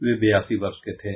वे बयासी वर्ष के थे